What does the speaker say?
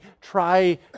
try